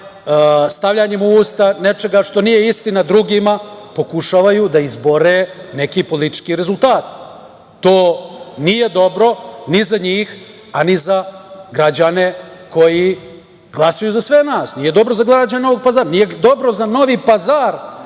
stavljanjem u usta nečega što nije istina drugima, pokušavaju da izbore neki politički rezultat. To nije dobro ni za njih, a ni za građane koji glasaju za sve nas. Nije dobro za građane Novog Pazara, nije dobro za Novi Pazar